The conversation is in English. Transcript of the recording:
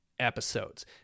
episodes